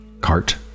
cart